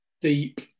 deep